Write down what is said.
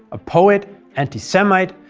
a poet, anti-semite,